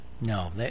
no